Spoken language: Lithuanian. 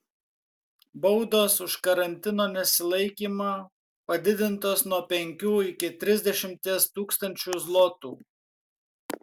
baudos už karantino nesilaikymą padidintos nuo penkių iki trisdešimties tūkstančių zlotų